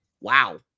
Wow